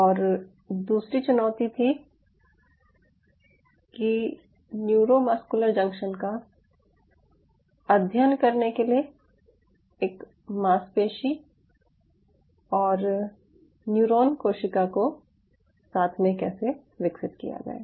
और दूसरी चुनौती थी कि न्यूरोमस्कुलर जंक्शन का अध्ययन करने के लिए एक मांसपेशी और न्यूरॉन कोशिका को साथ में कैसे विकसित किया जाए